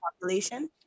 population